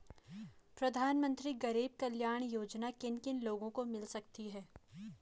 प्रधानमंत्री गरीब कल्याण योजना किन किन लोगों को मिल सकती है?